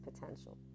potential